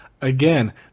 Again